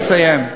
אני מסיים.